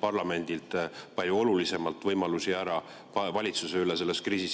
parlamendilt palju olulisemal määral ära võimalusi valitsuse üle